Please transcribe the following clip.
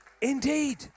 indeed